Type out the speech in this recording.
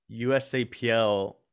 USAPL